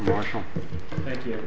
marshall thank you